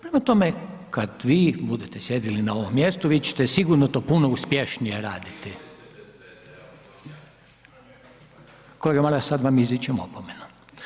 Prema tome, kad vi budete sjedili na ovom mjestu, vi ćete sigurno to puno uspješnije raditi [[Upadica Maras: Vi vodite bez veze, evo to vam ja kažem]] Kolega Maras, sad vam izričem opomenu.